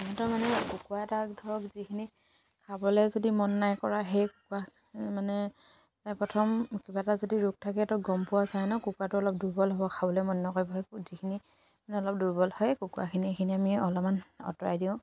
সিহঁতৰ মানে কুকুৰা এটাক ধৰক যিখিনি খাবলৈ যদি মন নাই কৰা সেই কুকুৰাক মানে প্ৰথম কিবা এটা যদি ৰোগ থাকেতো গম পোৱা যায় নহ্ কুকৰাটো অলপ দুৰ্বল হ'ব খাবলৈ মন নকৰিব সেই ক্ৰূটিখিনি মানে অলপ দুৰ্বল হয় কুকুৰাখিনি এইখিনি আমি অলপমান আঁতৰাই দিওঁ